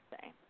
say